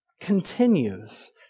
continues